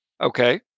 Okay